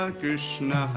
Krishna